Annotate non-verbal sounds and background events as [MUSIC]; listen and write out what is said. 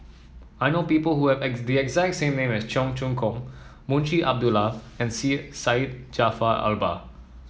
I know people who have the exact name as Cheong Choong Kong Munshi Abdullah and [UNINTELLIGIBLE] Syed Jaafar Albar